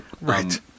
Right